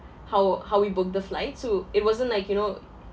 how how we booked the flight so it wasn't like you know